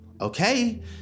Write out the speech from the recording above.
Okay